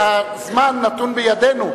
הזמן נתון בידינו,